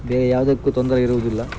ಬೇರೆ ಯಾವುದಕ್ಕೂ ತೊಂದರೆ ಇರುವುದಿಲ್ಲ